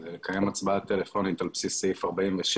כדי לקיים הצבעה טלפונית על בסיס סעיף 47